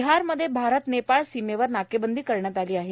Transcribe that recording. बिहारमध्ये भारत नेपाळ सीमेवर नाकेबंदी करण्यात आली आहे